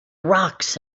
rocks